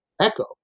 echo